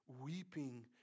weeping